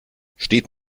steht